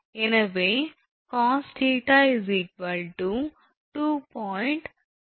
எனவே cos𝜃 2